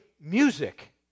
music